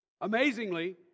Amazingly